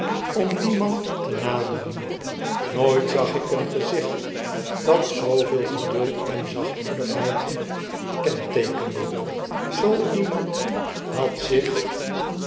om dien man te naderen nooit zag ik een gezicht dat zooveel geduld en zachtmoedigheid kenteekende zoo iemand had zich